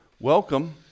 welcome